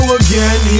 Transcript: again